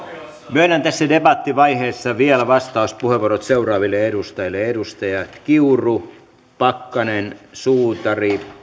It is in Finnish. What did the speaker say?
myönnän tässä debattivaiheessa vielä vastauspuheenvuorot seuraaville edustajille kiuru pakkanen suutari